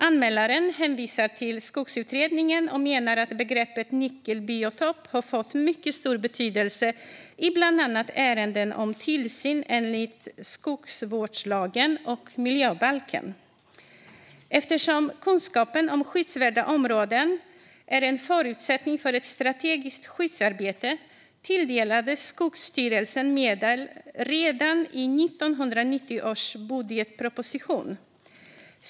Anmälaren hänvisar till Skogsutredningen och menar att begreppet nyckelbiotop har fått mycket stor betydelse i bland annat ärenden om tillsyn enligt skogsvårdslagen och miljöbalken. Eftersom kunskapen om skyddsvärda områden är en förutsättning för ett strategiskt skyddsarbete tilldelades Skogsstyrelsen medel redan i 1990 års budgetproposition.